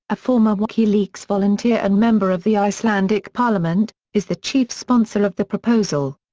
a former wikileaks volunteer and member of the icelandic parliament, is the chief sponsor of the proposal.